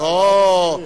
או,